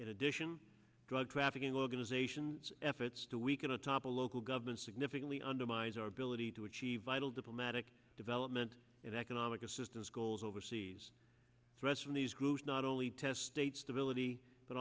in addition drug trafficking organizations efforts to weaken to topple local governments significantly undermines our ability to achieve vital diplomatic development and economic assistance goals overseas threaten these groups not only testate sta